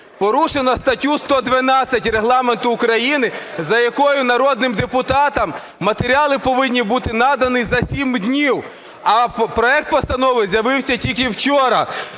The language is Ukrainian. порушено статтю 112 Регламенту України, за якою народним депутатам матеріали повинні бути надані за 7 днів, а проект постанови з'явився тільки вчора.